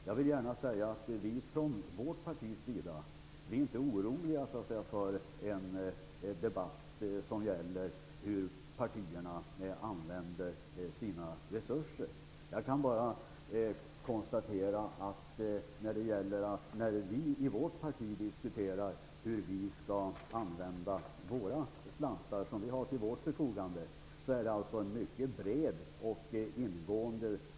Jag vill bara säga att vi i vårt parti inte är oroliga för en debatt som gäller hur partierna använder sina resurser. Jag kan konstatera att diskussionen bland vårt partis medlemmar om hur vi skall använda de slantar som vi har till vårt förfogande är mycket bred och ingående.